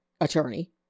attorney